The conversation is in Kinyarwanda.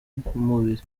mubiri